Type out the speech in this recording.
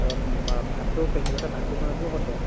তাৰ পৰা ভাতটো পেহী ঘৰতে ভাতটো বনাই দিবলে ক' তেতিয়া